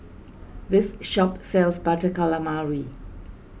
this shop sells Butter Calamari